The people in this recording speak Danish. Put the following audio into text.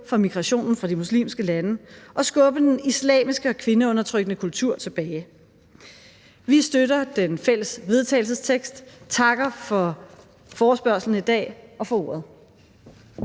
for migrationen fra de muslimske lande og skubbe den islamiske og kvindeundertrykkende kultur tilbage. Vi støtter den fælles vedtagelsestekst og takker for forespørgslen i dag og for ordet.